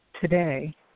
today